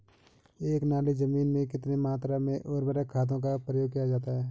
एक नाली जमीन में कितनी मात्रा में उर्वरक खादों का प्रयोग किया जाता है?